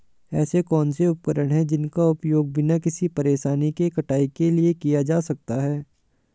ऐसे कौनसे उपकरण हैं जिनका उपयोग बिना किसी परेशानी के कटाई के लिए किया जा सकता है?